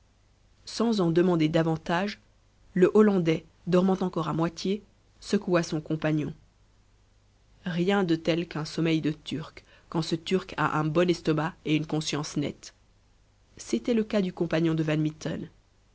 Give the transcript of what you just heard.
sans en demander davantage le hollandais dormant encore à moitié secoua son compagnon rien de tel qu'un sommeil de turc quand ce turc a un bon estomac et une conscience nette c'était le cas du compagnon de